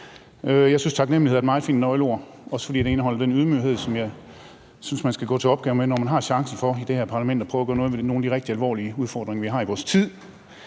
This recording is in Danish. Jeg synes, taknemlighed er et meget fint nøgleord, også fordi det indeholder den ydmyghed, som jeg synes man skal gå til opgaven med, når man har chancen for i det her parlament at prøve at gøre noget ved nogle af de rigtig alvorlige udfordringer, vi har i vores tid.